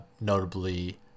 notably